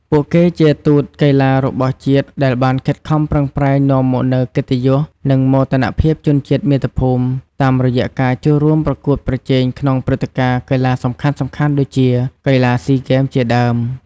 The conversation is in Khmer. ពួកគេជាទូតកីឡារបស់ជាតិដែលបានខិតខំប្រឹងប្រែងនាំមកនូវកិត្តិយស និងមោទនភាពជូនជាតិមាតុភូមិ តាមរយៈការចូលរួមប្រកួតប្រជែងក្នុងព្រឹត្តិការណ៍កីឡាសំខាន់ៗដូចជា កីឡាស៊ីហ្គេម ជាដើម។